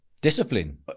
discipline